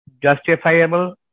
justifiable